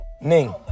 Ning